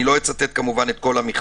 אני לא אצטט, כמובן, את כל המכתב,